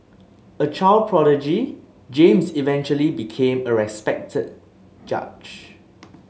a child prodigy James eventually became a respected judge